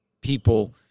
people